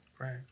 Right